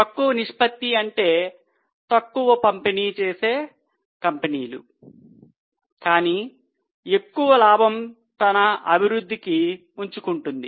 తక్కువ నిష్పత్తి అంటే తక్కువ పంపిణీ చేసే కంపెనీలు కానీ ఎక్కువ లాభం తన అభివృద్ధికి ఉంచుకుంటుంది